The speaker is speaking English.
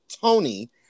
Tony